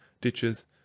ditches